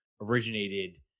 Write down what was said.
originated